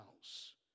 house